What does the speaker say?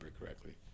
correctly